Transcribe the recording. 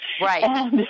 Right